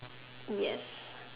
yes